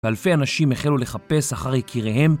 ואלפי אנשים החלו לחפש אחר יקיריהם